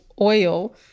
oil